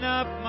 up